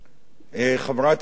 חבר הכנסת